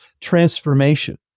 transformation